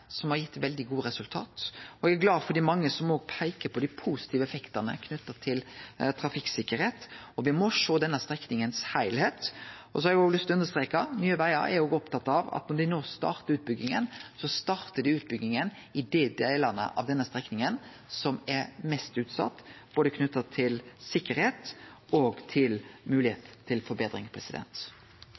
som har gitt veldig gode resultat. Eg er glad for dei mange som òg peiker på dei positive effektane knytte til trafikksikkerheit, og me må sjå denne strekninga i ein heilskap. Så har eg lyst til å understreke at Nye Vegar, når dei no startar utbygginga, er opptatt av å starte med dei delane av denne strekninga som er mest utsette når det gjeld sikkerheit, og som har moglegheit for forbetring.